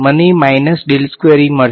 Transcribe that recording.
મને મળશે